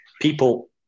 People